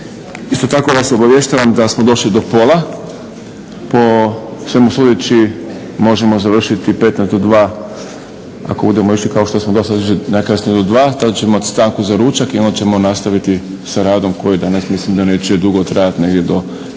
Isto tako vas obavještavam da smo došli do pola. Po svemu sudeći možemo završiti 15 do 2, ako budemo išli kao što smo do sada išli najkasnije do 2. Tada ćemo imati stanku za ručak i onda ćemo nastaviti sa radom koji danas mislim da neće dugo trajati negdje do